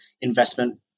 investment